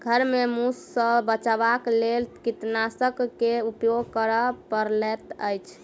घर में मूस सॅ बचावक लेल कृंतकनाशक के उपयोग करअ पड़ैत अछि